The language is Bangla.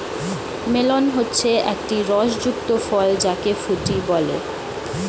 মেলন হচ্ছে একটি রস যুক্ত ফল যাকে ফুটি বলে